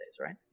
right